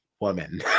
woman